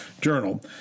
journal